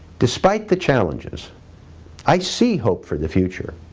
despite the challenges i see hope for the future.